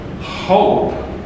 hope